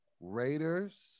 Raiders